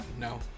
No